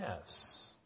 Yes